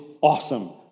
awesome